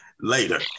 Later